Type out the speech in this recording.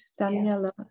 Daniela